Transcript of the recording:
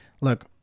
look